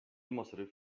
المصرف